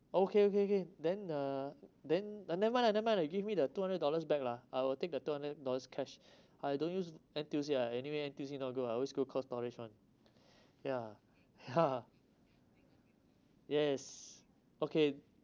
okay okay okay then uh then uh never mind lah never mind lah you give me the two hundred dollars back lah I will take the two hundred dollars cash I don't use N_T_U_C lah anyway N_T_U_C not good I always go cold storage [one] ya ya yes okay